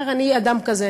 אני אדם כזה,